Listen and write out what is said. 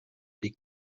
liegt